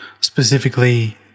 specifically